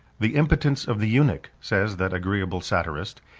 the impotence of the eunuch, says that agreeable satirist,